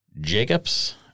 Jacobs